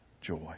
joy